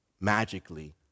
magically